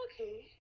Okay